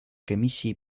комиссии